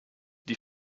die